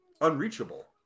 unreachable